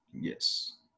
Yes